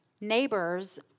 neighbors